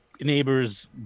neighbors